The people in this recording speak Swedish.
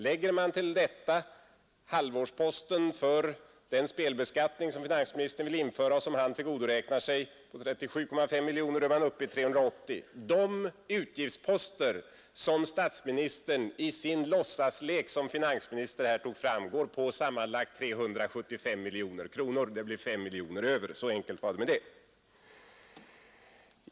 Lägger man till detta halvårsposten för den spelbeskattning som finansministern vill införa och som han tillgodoräknar sig med 37,5 miljoner, är man uppe i 380. De utgiftsposter som statsministern i sin låtsaslek som finansminister här tog fram går på sammanlagt 375 miljoner kronor. Det blir ca 5 miljoner över. Så enkelt var det med det.